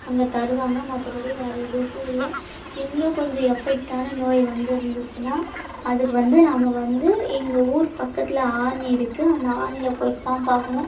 அங்கே தருவாங்க மற்றப்படி வேறு எதுக்கும் இல்லை இன்னும் கொஞ்சம் எஃபைக்டான நோய் வந்து இருந்துச்சுன்னால் அதுக்கு வந்து நாம் வந்து இங்கே ஊர் பக்கத்தில் ஆரணி இருக்குது அந்த ஆரணில போய்விட்டு தான் பார்க்கணும்